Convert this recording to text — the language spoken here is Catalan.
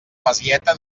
masieta